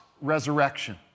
resurrection